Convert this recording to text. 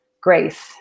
grace